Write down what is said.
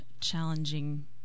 challenging